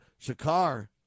Shakar